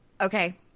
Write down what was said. Okay